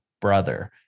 brother